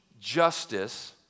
justice